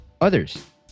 others